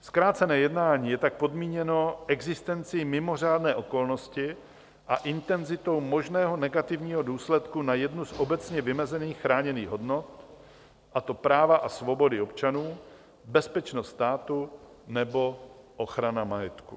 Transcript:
Zkrácené jednání je tak podmíněno existencí mimořádné okolnosti a intenzitou možného negativního důsledku na jednu z obecně vymezených chráněných hodnot, a to práva a svobody občanů, bezpečnost státu nebo ochrana majetku.